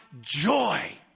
joy